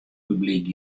publyk